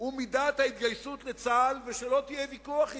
הוא מידת ההתגייסות לצה"ל, ושלא יהיה ויכוח אתי.